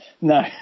No